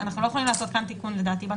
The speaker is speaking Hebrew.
אנחנו לא יכולים לעשות כאן תיקון לדעתי.